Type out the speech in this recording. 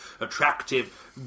attractive